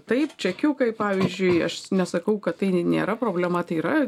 taip čekiukai pavyzdžiui aš nesakau kad tai nėra problema tai yra